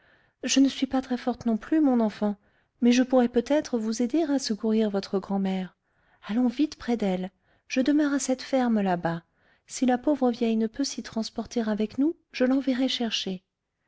je ne suis pas très-forte non plus mon enfant mais je pourrai peut-être vous aider à secourir votre grand'mère allons vite près d'elle je demeure à cette ferme là-bas si la pauvre vieille ne peut s'y transporter avec nous je l'enverrai chercher